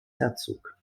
herzog